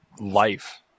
life